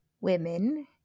women